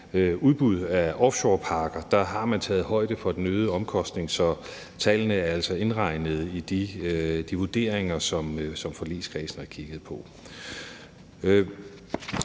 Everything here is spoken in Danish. med i forligskredsen, har man taget højde for den øgede omkostning, så tallene er altså indregnet i de vurderinger, som forligskredsen har kigget på.